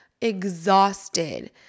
exhausted